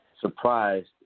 surprised